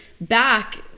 back